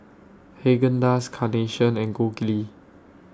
Haagen Dazs Carnation and Gold Kili